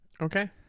Okay